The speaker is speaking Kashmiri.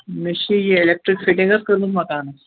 مےٚ چھِ یہِ ایٚلِکٹرک فِٹِنٛگ حظ کٔرٕمٕژ مکانَس